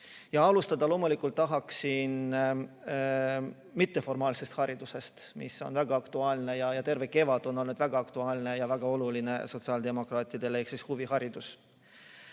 Alustada loomulikult tahan mitteformaalsest haridusest, mis on väga aktuaalne ja oli terve kevade väga aktuaalne ja väga oluline sotsiaaldemokraatidele. See on huviharidus,